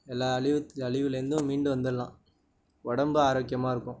எல்லா அழிவு அழிவுலருந்தும் மீண்டு வந்துரலாம் உடம்பு ஆரோக்கியமாக இருக்கும்